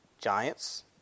giants